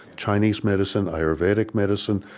chinese medicine, ayurvedic medicine,